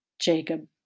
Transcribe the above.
Jacob